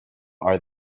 are